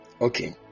Okay